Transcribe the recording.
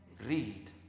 read